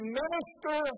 minister